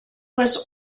was